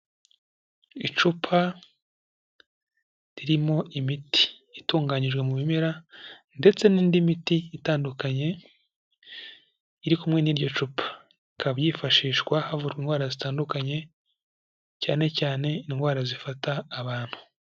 Icupa ririmo imiti itunganyijwe mu bimera ndetse n'indi miti itandukanye iri kumwe n'iryo cupa, bikaba byifashishwa havura indwara zitandukanye cyane cyane indwara zifata abantu.